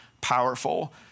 powerful